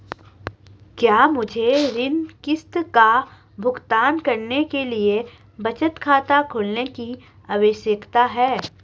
क्या मुझे ऋण किश्त का भुगतान करने के लिए बचत खाता खोलने की आवश्यकता है?